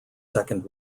second